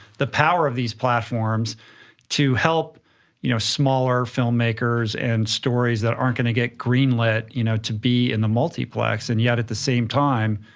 the power of these platforms to help you know smaller filmmakers and stories that aren't gonna get greenlit, you know to be in the multiplex, and yet at the same time,